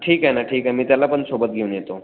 ठीक आहे नं ठीक आहे मी त्याला पण सोबत घेऊन येतो